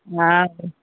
हा हा